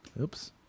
Oops